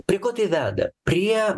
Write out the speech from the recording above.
prie ko tai veda prie